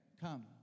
Come